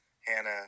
Hannah